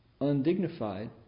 undignified